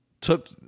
took